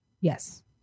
Yes